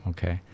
Okay